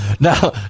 Now